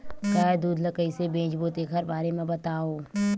गाय दूध ल कइसे बेचबो तेखर बारे में बताओ?